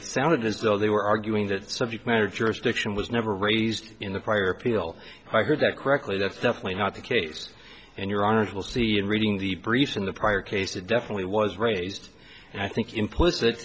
it sounded as though they were arguing that subject matter jurisdiction was never raised in the prior appeal i heard that correctly that's definitely not the case and your honour's will see in reading the briefs in the prior case it definitely was raised and i think implicit